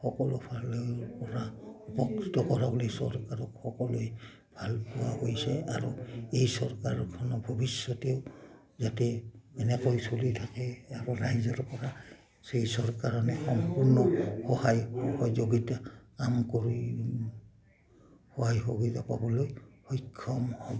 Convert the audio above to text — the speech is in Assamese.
সকলো ফালৰেপৰা উপকৃত কৰা বুলি চৰকাৰক সকলোৱে ভাল পোৱা হৈছে আৰু এই চৰকাৰখনক ভৱিষ্যতেও যাতে এনেকৈ চলি থাকে আৰু ৰাইজৰপৰা সেই চৰকাৰখনে সম্পূৰ্ণ সহায় সহযোগিতা কাম কৰি সহায় সহযোগ পাবলৈ সক্ষম হ'ব